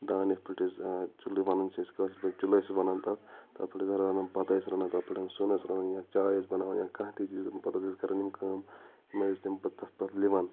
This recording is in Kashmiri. دان یَتھ پؠٹھ أسۍ چل یَتھ کٲشِر پٲٹھۍ چُلہٕ چھِ وَنان تَتھ تَتھ پٲٹھۍ ٲسۍ رَنان بَتہٕ ٲسۍ رَنان تَتھ پؠٹھ سِیُن ٲسۍ رَنان یا چاے ٲسۍ بناوان یا کانٛہہ تہِ چیٖز پَتہٕ حظ ٲسۍ کَرن یِم کٲم یِمَے ٲسۍ تمہِ پَتہٕ تَتھ پتہٕ لِوان